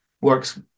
Works